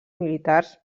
militars